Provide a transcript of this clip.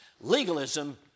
Legalism